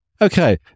Okay